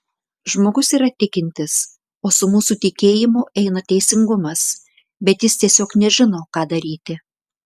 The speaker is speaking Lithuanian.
žmogus yra tikintis o su mūsų tikėjimu eina teisingumas bet jis tiesiog nežino ką daryti